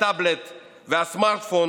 הטאבלט והסמארטפון